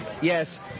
Yes